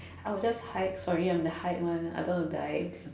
I would just hide sorry I'm the hide one I don't want to die